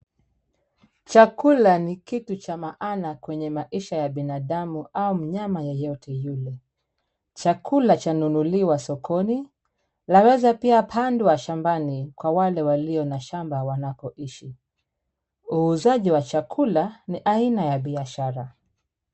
Chakula ni kitu cha maana kwenye maisha ya binadamia au mnyama yeyote yule. Chakula chanunuliwa sokoni, laweza pia pandwa shambani kwa wale walio na shamba wanakoishi. Uuzaji wa chakula ni aina ya biashara.